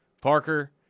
Parker